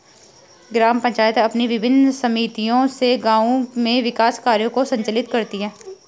ग्राम पंचायतें अपनी विभिन्न समितियों से गाँव में विकास कार्यों को संचालित करती हैं